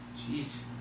Jeez